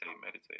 meditate